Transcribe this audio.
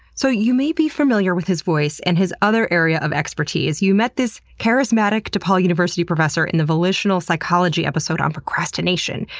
so you may be familiar with his voice and his other area of expertise you met this charismatic depaul university professor in the volitional psychology episode on procrastination,